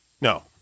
No